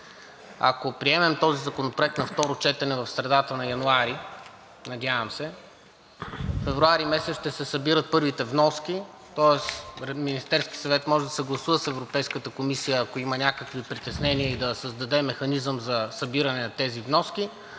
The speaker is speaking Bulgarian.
Ако приемем този законопроект на второ четене в средата на януари, надявам се, февруари месец ще се събират първите вноски, тоест през Министерския съвет може да се съгласува с Европейската комисия, ако има някакви притеснения, и да създаде механизъм за събиране на тези вноски,